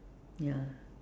ya